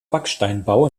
backsteinbau